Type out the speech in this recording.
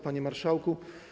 Panie Marszałku!